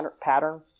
pattern